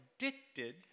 addicted